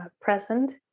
present